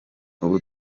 ubu